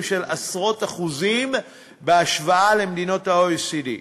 של עשרות אחוזים בהשוואה למדינות ה-OECD.